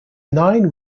nine